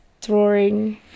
drawing